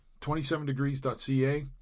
27degrees.ca